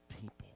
people